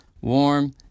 Warm